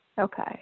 Okay